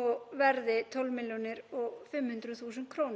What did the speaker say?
og verði 12.500.000 kr.